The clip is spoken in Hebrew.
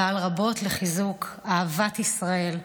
פעל רבות לחיזוק אהבת ישראל,